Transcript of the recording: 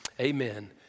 Amen